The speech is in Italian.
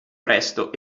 presto